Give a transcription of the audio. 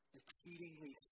exceedingly